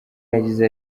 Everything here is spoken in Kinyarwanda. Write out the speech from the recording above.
yagize